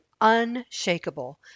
unshakable